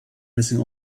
missing